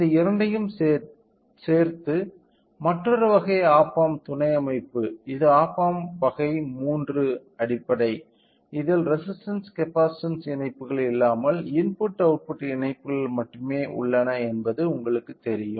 இந்த இரண்டையும் சேர்த்து மற்றொரு வகை ஆப் ஆம்ப் துணை அமைப்பு இது ஆம்ப் ஆம்ப் வகை 3 அடிப்படை இதில் ரெசிஸ்டன்ஸ் கப்பாசிட்டன்ஸ் இணைப்புகள் இல்லாமல் இன்புட் அவுட்புட் இணைப்புகள் மட்டுமே உள்ளன என்பது உங்களுக்கு தெரியும்